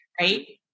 right